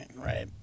right